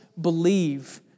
believe